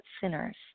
sinners